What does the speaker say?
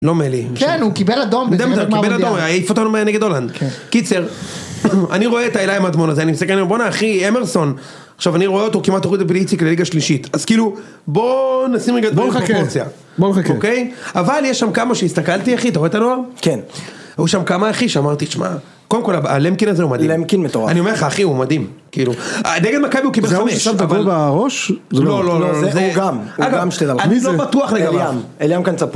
לא מלי. כן הוא קיבל אדום. העיף אותנו נגד הולנד. קיצר, אני רואה את האייל מדמון הזה, אני מסתכל עליו, בונא אחי אמרסון עכשיו אני רואה אותו כמעט אורידו בליציק לליגה שלישית. אז כאילו בוא נשים רגע דבר חכם. בוא נחכה קרציה. בוא נחכה קרציה. אוקיי? אבל יש שם כמה שהסתכלתי אחי, אתה רואה את הנוער? כן. והוא שם כמה אחי שאמרתי, שמע, קודם כל הלמקין הזה הוא מדהים. למקין מטורף. אני אומר לך, אחי הוא מדהים. נגד מכבי הוא קיבל חמש. זה הוא עכשיו דבר בראש? לא, לא, לא, זה גם. זה גם שתדע לך. מי זה? אני לא בטוח לגמרי. איליאם, איליאם כאן צפוי.